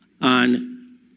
on